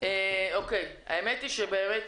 אני חייבת לסיים את הדיון כי הזמן קצוב.